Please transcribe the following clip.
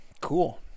Cool